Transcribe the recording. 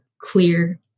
clear